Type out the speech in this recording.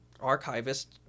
archivist